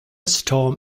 storm